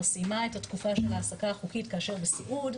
סיימה את התקופה של העסקה חוקית בסיעוד,